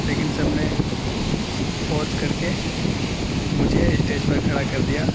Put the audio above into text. لیکن سب نے فورس کر کے مجھے اسٹیج پر کھڑا کر دیا